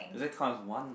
does that count as one